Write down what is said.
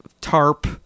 tarp